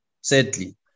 Sadly